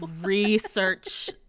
research